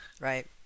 right